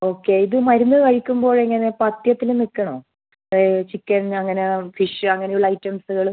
okay ഇത് മരുന്ന് കഴിക്കുമ്പോൾ എങ്ങനെ പത്ത്യത്തിൽ നിൽക്കണോ അത് ചിക്കൻ അങ്ങനെ ഫിഷ് അങ്ങനെ ഉള്ള ഐറ്റംസുകൾ